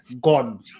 gone